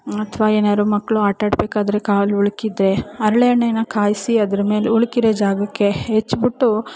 ಅಥವಾ ಏನಾದರೂ ಮಕ್ಕಳು ಆಟ ಆಡಬೇಕಾದ್ರೆ ಕಾಲು ಉಳುಕಿದ್ರೆ ಹರ್ಳೆಣ್ಣೆ ಕಾಯಿಸಿ ಅದ್ರ ಮೇಲೆ ಉಳುಕಿರೊ ಜಾಗಕ್ಕೆ ಹಚ್ಬಿಟ್ಟು